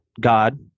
God